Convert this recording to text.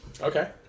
Okay